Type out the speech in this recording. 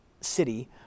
city